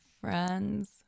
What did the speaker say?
friends